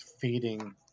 feeding